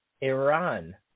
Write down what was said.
Iran